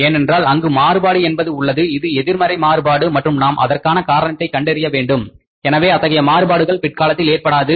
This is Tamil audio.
ஏனென்றால் அங்கு மாறுபாடு என்பது உள்ளது இது எதிர்மறை மாறுபாடு மற்றும் நாம் அதற்கான காரணத்தை கண்டறிய வேண்டும் எனவே அத்தகைய மாறுபாடுகள் பிற்காலத்தில் ஏற்படாது